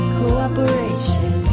cooperation